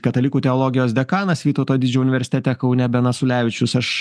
katalikų teologijos dekanas vytauto didžiojo universitete kaune benas ulevičius aš